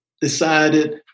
decided